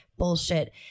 bullshit